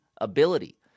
ability